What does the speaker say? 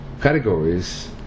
categories